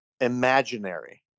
imaginary